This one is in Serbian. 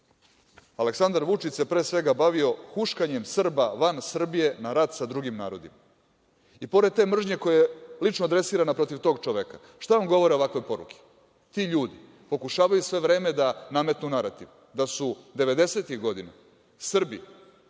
Aleksandar Vučić se pre svega bavio huškanjem Srba van Srbije na rat sa drugim narodima. Pored te mržnje koja je lično adresirana protiv tog čoveka, šta vam govore ovakve poruke? Ti ljudi pokušavaju sve vreme da nametnu narativ da su 90-ih godina Srbi,